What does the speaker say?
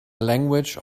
language